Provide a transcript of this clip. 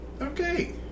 Okay